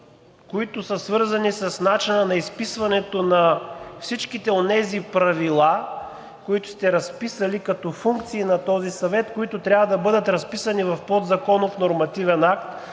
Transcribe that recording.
които са свързани с начина на изписването на всичките онези правила, които сте разписали като функции на този съвет, които трябва да бъдат разписани в подзаконов нормативен акт,